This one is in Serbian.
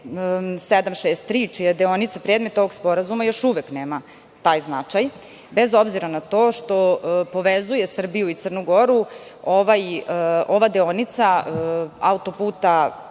E-763 čija je deonica predmet ovog sporazuma još uvek nema taj značaj, bez obzira na to što povezuje Srbiju i Crnu Goru ova deonica auto puta